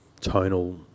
tonal